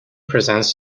presents